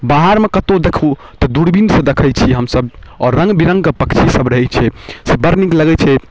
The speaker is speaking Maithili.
बाहरमे कतहु देखू तऽ दूरबीनसँ देखै छी हमसभ आओर रङ्गबिरङ्गके पक्षीसब रहै छै से बड़ नीक लगै छै